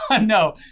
No